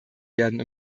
werden